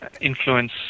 influence